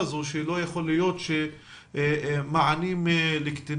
הזו שלא יכול להיות שמענים לקטינים,